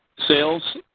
sales.